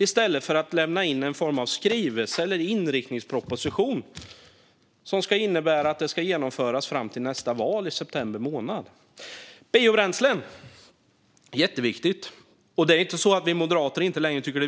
I stället lämnar ni fram en form av skrivelse eller inriktningsproposition som innebär att förslagen ska genomföras fram till nästa val i september månad. Biobränslen är jätteviktigt. Det är inte heller så att vi moderater inte längre tycker